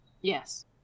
Yes